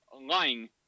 lying